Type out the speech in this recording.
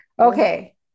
Okay